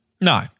No